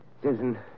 Susan